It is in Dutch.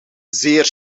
zeer